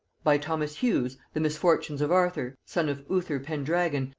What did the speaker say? by thomas hughes the misfortunes of arthur, son of uther pendragon,